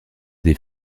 des